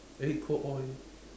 eh cold oil